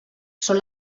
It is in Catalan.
són